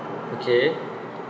okay